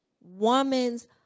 woman's